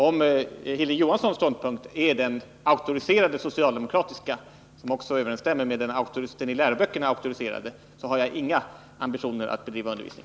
Om Hilding Johanssons ståndpunkt är den auktoriserade socialdemokratiska, som också överensstämmer med den i läroböckerna auktoriserade, har jag inga ambitioner att bedriva undervisning.